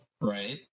right